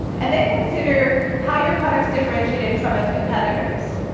and then consider how your product's differentiated from its competitors.